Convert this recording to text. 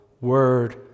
word